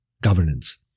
Governance